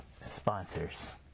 sponsors